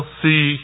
see